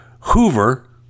Hoover